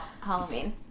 Halloween